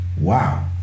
wow